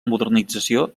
modernització